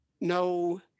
no